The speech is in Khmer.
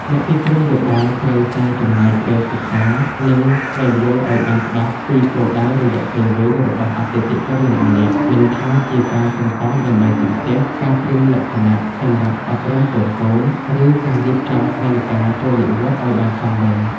អ្នកពិគ្រោះយោបល់ត្រូវតែចំណាយពេលសិក្សា និងស្វែងយល់ឱ្យបានច្បាស់ពីគោលដៅរយៈពេលវែងរបស់អតិថិជនម្នាក់ៗ មិនថាជាការសន្សំដើម្បីទិញផ្ទះ ការត្រៀមលក្ខណៈសម្រាប់អប់រំកូនៗ ឬការរៀបចំផែនការចូលនិវត្តន៍ឱ្យបានសមរម្យ។